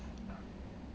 like that lor